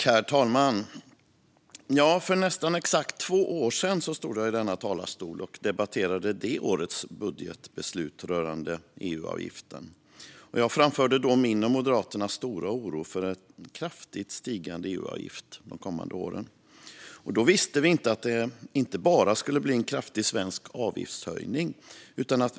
Herr talman! För nästan exakt två år sedan stod jag i denna talarstol och debatterade det årets budgetbeslut om EU-avgiften. Jag framförde då min och Moderaternas stora oro för en kraftigt stigande EU-avgift de kommande åren. Då visste vi inte att det inte bara skulle bli en kraftig svensk avgiftshöjning 2021.